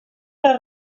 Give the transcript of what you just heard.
les